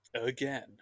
again